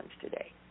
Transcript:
today